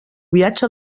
viatge